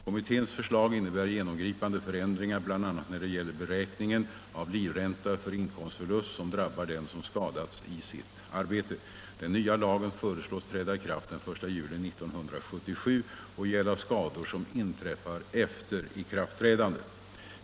Kommitténs förslag innebär genomgripande förändringar bl.a. när det gäller beräkningen av livränta för inkomstförlust som drabbar den som skadats i sitt arbete. Den nya lagen föreslås träda i kraft den 1 juli 1977 och gälla skador som inträffar efter ikraftträdandet.